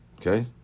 Okay